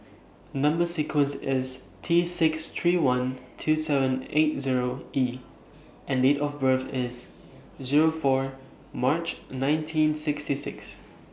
Number sequence IS T six three one two seven eight Zero E and Date of birth IS Zero four March nineteen sixty six